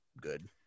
good